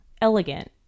elegant